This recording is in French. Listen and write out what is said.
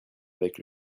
avec